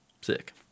Sick